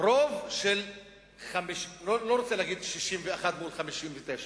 אני לא רוצה להגיד 61 מול 59,